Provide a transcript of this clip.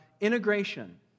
integration